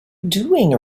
doing